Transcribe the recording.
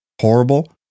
horrible